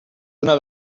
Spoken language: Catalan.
una